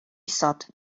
isod